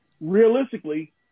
realistically